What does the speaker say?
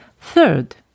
Third